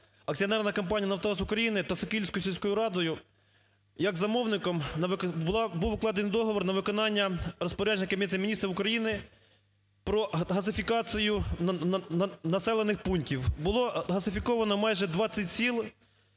акціонерна компанія "Нафтогаз України" та Сокільською сільською радою як замовником, був укладений договір на виконання розпорядження Кабінету Міністрів України про газифікацію населених пунктів. Було газифіковано майже 20 сіл